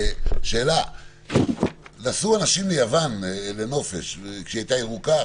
נסעו אנשים ליוון לנופש, כשהיתה ירוקה.